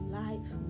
life